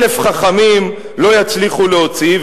אלף חכמים לא יצליחו להוציא.